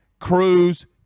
Cruz